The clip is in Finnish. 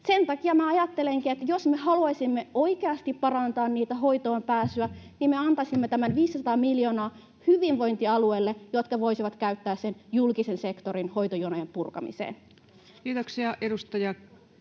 Sen takia minä ajattelenkin, että jos me haluaisimme oikeasti parantaa sitä hoitoonpääsyä, niin me antaisimme tämän 500 miljoonaa hyvinvointialueille, jotka voisivat käyttää sen julkisen sektorin hoitojonojen purkamiseen. Kiitoksia. — Edustaja